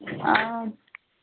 آ